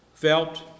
Felt